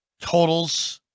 totals